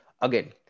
Again